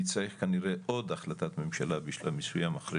נצטרך כנראה עוד החלטת ממשלה בשלב מסוים אחרי